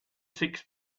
six